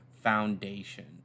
Foundation